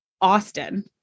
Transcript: Austin